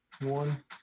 one